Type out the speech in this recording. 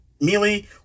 melee